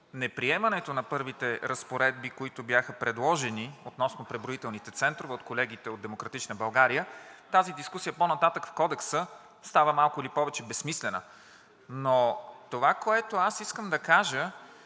неприемането на първите разпоредби, които бяха предложени относно преброителните центрове от колегите от „Демократична България“, тази дискусия по-нататък в Кодекса става малко или повече безсмислена, но това, което аз искам да кажа,